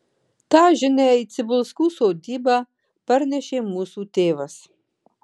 tą žinią į cibulskų sodybą parnešė mūsų tėvas